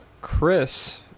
chris